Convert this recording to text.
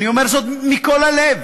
אני אומר זאת מכל הלב,